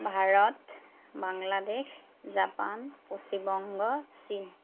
Bharat Bangladesh Japan Paschim Banga চীন